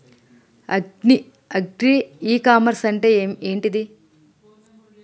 Agri e commerce అంటే ఏంటిది?